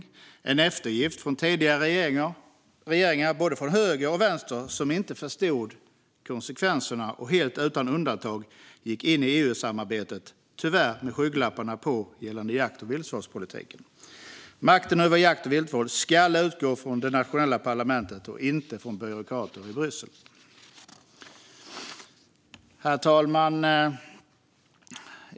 Det är en eftergift från tidigare regeringar från både höger och vänster som inte förstod konsekvenserna och helt utan undantag tyvärr gick in i EU-samarbetet med skygglapparna på gällande jakt och viltvårdspolitiken. Makten över jakt och viltvård ska utgå från det nationella parlamentet och inte från byråkrater i Bryssel. Herr talman!